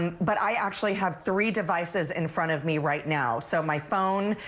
and but i actually have three devices in front of me right now. so my phone,